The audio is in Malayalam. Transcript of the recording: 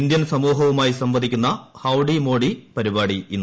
ഇന്ത്യൻ സമൂഹവുമായി സംവദിക്കുന്ന ഹൌഡി മോഡി പരിപാടി ഇന്ന്